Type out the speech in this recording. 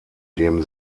dem